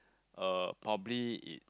uh probably it